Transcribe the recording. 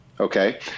Okay